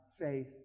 faith